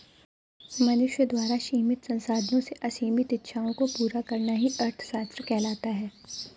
मनुष्य द्वारा सीमित संसाधनों से असीमित इच्छाओं को पूरा करना ही अर्थशास्त्र कहलाता है